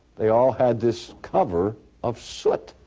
they all had this cover of soot